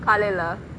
காலைலே:kalailae